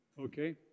Okay